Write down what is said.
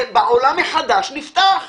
בעולם החדש נפתח,